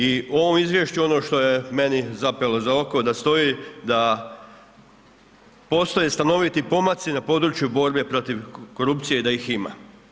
I u ovom izvješću ono što je meni zapelo za oko da stoji da postoje stanoviti pomaci na području borbe protiv korupcije da ih ima.